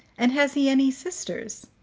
and has he any sisters?